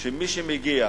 שמי שמגיע